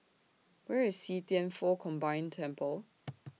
Where IS See Thian Foh Combined Temple